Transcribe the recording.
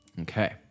Okay